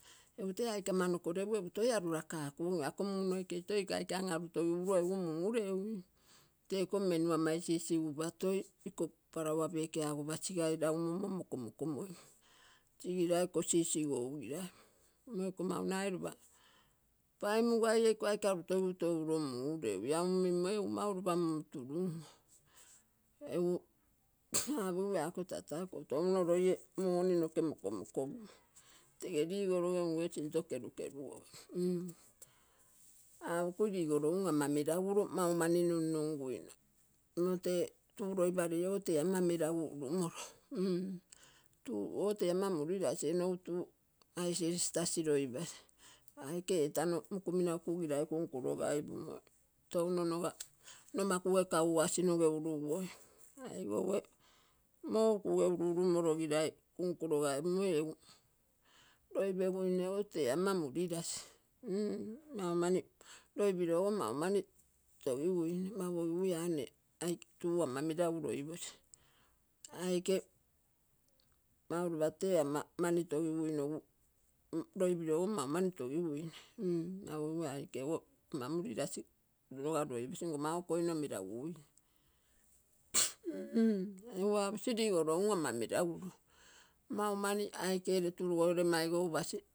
Egu te aike amanioke legu egu to alulakakogim, ako muu nakei toi iko aike an-arulakakogigu egu ulo mureui. Te iko meniu ama isi-isigupa toi iko palaua peki ago pasigai lagumommo mokouokomoim sigilai kosi isigou gilia mmo iko mau nagai lopa paimugaie iko aike arutogigu toi uro mureui, ia um uimmoi egu mau lopa mumuturum o. Ego apogigua ako tata ako touno loie moni noke mokomokopu. Tege ligologe tege sinto kemkerugogi m apokui ligoro um ama meraguro, maumani numnumguino. Mmo te tuu loipalei ogo te ama meragu urumoro m-tu ogo tee ama mulirasi enogu tu aisi gere sitasi loipasi. Aike etanomokuminau kugilai kumkulogaipumoi. Touno noga noma kuge kogugasinoge uruguoi. Aigouge mou kuge uru-uru morogilai kumkurogaipumoi egu loipeguinego to ama murilasi. Maumani loipilogo mau mani togiguine, mau agigui a nne tu ama meragu loiposi. Aike mau lopa te mani togiguinogu loipilogo mau mani togiguinogu m-mau ogigui aikego ama muli-lasi noga loiposi nkomma koino meraguine m-egu aposi ligolo um ama meraguro, mau mani aikere turuge maigou pasi.